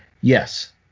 Yes